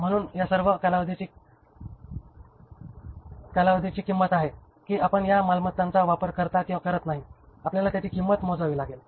म्हणून या सर्व कालावधीची किंमत आहे की आपण या मालमत्तांचा वापर करता किंवा करत नाही आपल्याला त्याची किंमत मोजावी लागेल